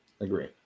agree